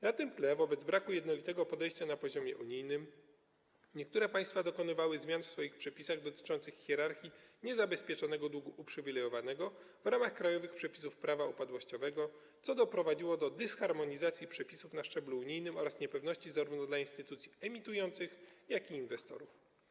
Na tym tle, wobec braku jednolitego podejścia na poziomie unijnym, niektóre państwa dokonywały zmian w swoich przepisach dotyczących hierarchii niezabezpieczonego długu uprzywilejowanego w ramach krajowych przepisów Prawa upadłościowego, co doprowadziło do dysharmonizacji przepisów na szczeblu unijnym oraz niepewności zarówno dla instytucji emitujących, jak i inwestorów.